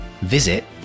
visit